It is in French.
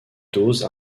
doses